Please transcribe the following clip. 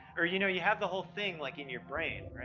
or you know you have the whole thing like in your brain, right?